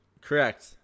Correct